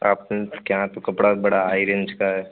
आप के यहाँ तो कपड़ा बड़ा हाई रेंज का है